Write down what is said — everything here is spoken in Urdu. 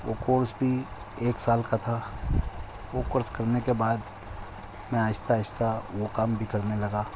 وہ کورس بھی ایک سال کا تھا وہ کورس کرنے کے بعد میں آہستہ آہستہ وہ کام بھی کرنے لگا